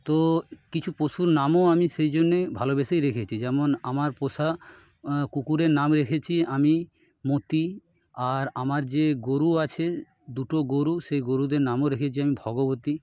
তো কিছু পশুর নামও আমি সেই জন্য ভালোবেসেই রেখেছি যেমন আমার পোষা কুকুরের নাম রেখেছি আমি মোতি আর আমার যে গরু আছে দুটো গরু সেই গরুদের নামও রেখেছি আমি ভগবতী